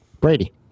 Brady